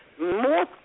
more